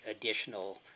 additional